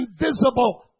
invisible